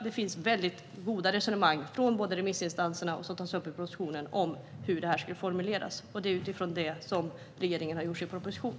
Det finns goda resonemang både från remissinstanserna och i propositionen om hur förslaget ska formuleras. Det är utifrån det som regeringen har skrivit sin proposition.